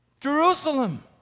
Jerusalem